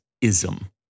ism